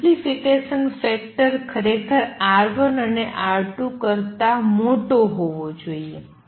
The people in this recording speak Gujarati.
એમ્પ્લીફિકેશન ફેક્ટર ખરેખર R1 અને R2 કરતા મોટો હોવો જોઈએ